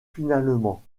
finalement